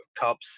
Cups